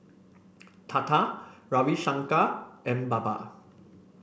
Tata Ravi Shankar and Baba